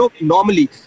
normally